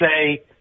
say